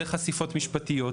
זה חשיפות משפטיות,